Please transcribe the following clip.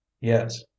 yes